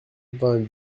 vingt